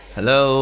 Hello